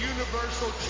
Universal